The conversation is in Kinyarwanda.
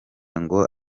ngo